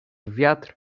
wiatr